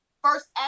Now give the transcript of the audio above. first